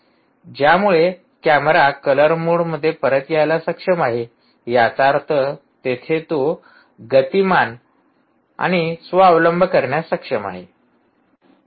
ज्यामुळे camera colour मोडमध्ये परत यायला सक्षम आहे याचा अर्थ तेथे तो गतिमान आणि स्व अवलंब करण्यास सक्षम आहे